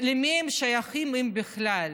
למי הם שייכים, אם בכלל?